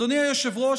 אדוני היושב-ראש,